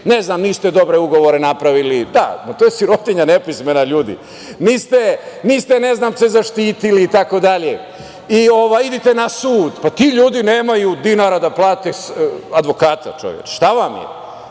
reći – niste dobre ugovore napravili, da, to je sirotinja nepismena, ljudi, niste se zaštitili, i tako dalje, idite na sud. Pa ti ljudi nemaju dinara da plate advokata, čoveče. Šta vam je?